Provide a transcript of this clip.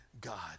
God